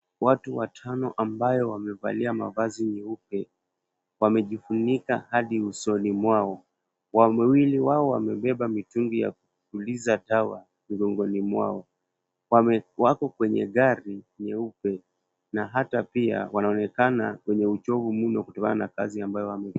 Watu watano ambao wamevalia mavazi meupe, wamejifunika hadi nyusoni mwao, wawili wao wamebeba vibuyu vya kupuliza dawa mgongoni mwao. Wako kwenye gari jeupe na hata pia wanaonekana kuwa na uchovu mno kutokana na kazi.